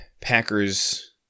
Packers